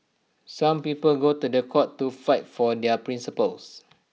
some people go to The Court to fight for their principles